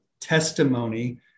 testimony